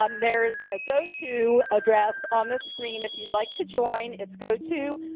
um there's a goto address on the screen if you'd like to join. it's goto